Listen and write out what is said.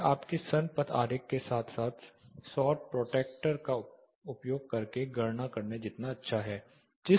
यह आपके सन पथ आरेख के साथ साथ सौर प्रोट्रैक्टर का उपयोग करके गणना करने जितना अच्छा है